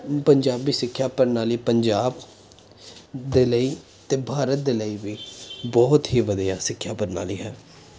ਪੰਜਾਬੀ ਸਿੱਖਿਆ ਪ੍ਰਣਾਲੀ ਪੰਜਾਬ ਦੇ ਲਈ ਅਤੇ ਭਾਰਤ ਦੇ ਲਈ ਵੀ ਬਹੁਤ ਹੀ ਵਧੀਆ ਸਿੱਖਿਆ ਪ੍ਰਣਾਲੀ ਹੈ